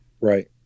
Right